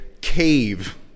cave